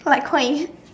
like queen